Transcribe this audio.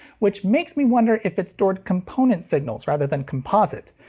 which makes me wonder if it stored component signals rather than composite.